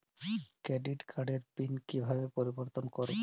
Credit কার্ডের PIN কিভাবে পরিবর্তন করবো?